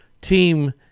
team